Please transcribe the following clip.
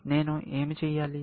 నేను ఏమి చేయాలి